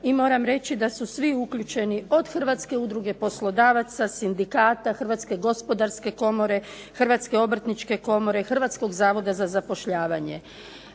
i moram reći da su svi uključeni od Hrvatske udruge poslodavaca, sindikata, Hrvatske gospodarske komore, Hrvatske obrtničke komore, Hrvatskog zavoda za zapošljavanje.